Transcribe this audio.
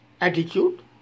attitude